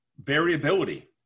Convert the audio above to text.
variability